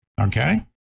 okay